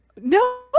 no